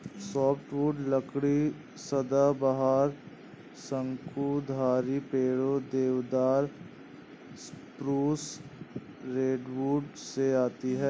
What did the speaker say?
softwood लकड़ी सदाबहार, शंकुधारी पेड़ों, देवदार, स्प्रूस, रेडवुड से आती है